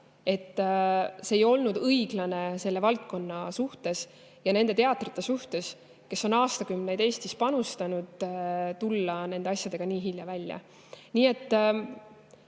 et ei olnud õiglane valdkonna suhtes ja nende teatrite suhtes, kes on aastakümneid Eestis panustanud, tulla nende asjadega nii hilja välja. Nii et